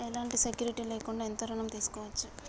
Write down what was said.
ఎలాంటి సెక్యూరిటీ లేకుండా ఎంత ఋణం తీసుకోవచ్చు?